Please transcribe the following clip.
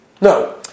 No